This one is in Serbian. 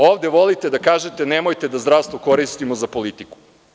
Ovde volite da kažete – nemojte da zdravstvo koristimo za politiku.